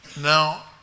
now